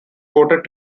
voted